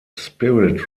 spirit